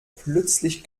plötzlich